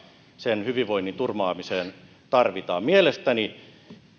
sen hyvinvoinnin turvaamiseen tarvitaan mielestäni